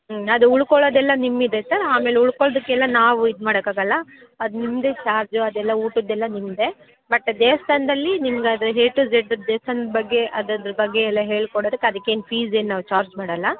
ಹ್ಞೂ ಅದು ಉಳ್ಕೊಳೋದೆಲ್ಲ ನಿಮ್ಮದೇ ಸರ್ ಆಮೇಲೆ ಉಳ್ಕೊಂಡಿದಕ್ಕೆಲ್ಲ ನಾವು ಇದ್ಮಾಡಕ್ಕಾಗೋಲ್ಲ ಅದು ನಿಮ್ದೆ ಚಾರ್ಜು ಅದೆಲ್ಲ ಊಟದ್ದೆಲ್ಲ ನಿಮ್ದೆ ಬಟ್ ದೇವಸ್ಥಾನಲ್ಲಿ ನಿಮಗದು ಎ ಟು ಝಡ್ ದೇವಸ್ಥಾನದ ಬಗ್ಗೆ ಅದ್ರದ ಬಗ್ಗೆ ಎಲ್ಲ ಹೇಳ್ಕೊಡೊದಕ್ಕೆ ಅದಕ್ಕೇನೂ ಫೀಸ್ ಏನು ನಾವು ಚಾರ್ಜ್ ಮಾಡೋಲ್ಲ